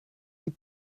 les